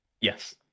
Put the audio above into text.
yes